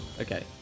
Okay